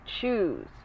choose